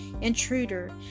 intruder